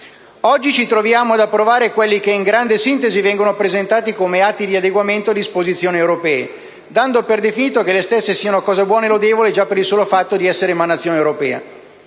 Oggi ci troviamo ad approvare quelli che, in grande sintesi, vengono presentati come atti di adeguamento a disposizioni europee, dando per definito che le stesse siano cosa buona e lodevole già solo per il fatto di essere emanazione europea.